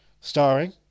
starring